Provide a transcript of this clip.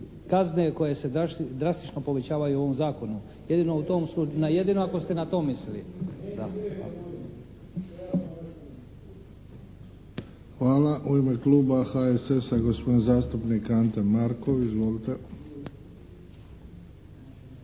kazne koje se drastično povećavaju u ovom zakonu. Jedino ako ste na to mislili. **Bebić, Luka (HDZ)** Hvala. U ime kluba HSS-a gospodin zastupnik Ante Markov. Izvolite!